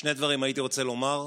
שני דברים הייתי רוצה לומר: